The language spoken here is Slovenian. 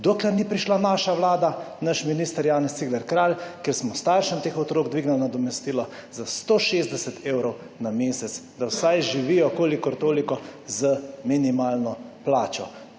Dokler ni prišla naša Vlada, naš minister Janez Cigler Kralj, ker smo staršem teh otrok dvignili nadomestilo za 160 evrov na mesec, ca vsaj živijo kolikortoliko z minimalno plačo.